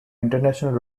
international